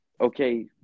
okay –